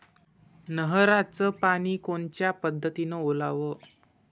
नयराचं पानी कोनच्या पद्धतीनं ओलाव?